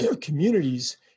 communities